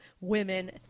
women